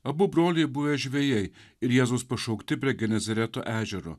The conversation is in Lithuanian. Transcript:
abu broliai buvę žvejai ir jėzaus pašaukti prie genezereto ežero